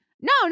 No